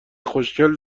خوشکل